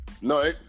No